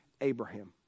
Abraham